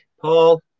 Paul